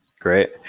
Great